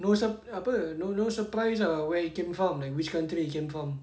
no some apa no no surprise lah where you came from like which country you came from